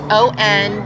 on